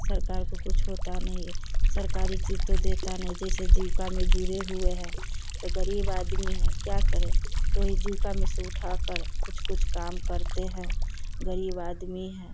सरकार को कुछ होता नहीं है सरकारी चीज़ तो देता नहीं जैसे जीविका में जुड़े हुए हैं तो ग़रीब आदमी हैं क्या करें तो ये जीविका में से उठाकर कुछ कुछ काम करते हैं ग़रीब आदमी हैं